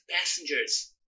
passengers